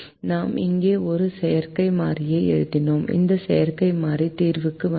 நாம் இங்கே ஒரு செயற்கை மாறியை எழுதினோம் இந்த செயற்கை மாறி தீர்வுக்கு வந்தது